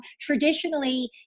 traditionally